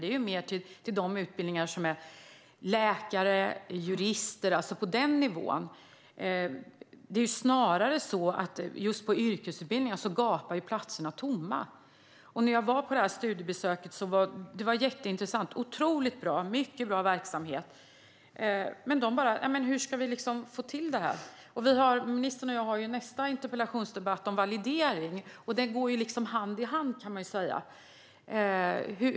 Det gör de för att komma in på utbildningar till läkare och jurister och utbildningar på den nivån. Men när det gäller yrkesutbildningar är det snarare så att platserna gapar tomma. Studiebesöket jag var på var jätteintressant. Det var otroligt bra. Det var en mycket bra verksamhet. Men där undrade de: Hur ska vi få till det här? Ministerns och min nästa interpellationsdebatt handlar om validering. Det går hand i hand med detta, kan man säga.